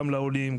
גם לעולים,